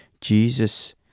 Jesus